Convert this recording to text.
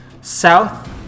south